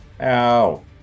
Ow